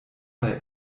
der